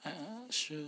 ah sure